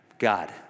God